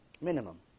Minimum